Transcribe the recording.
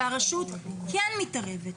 שהרשות כן מתערבת,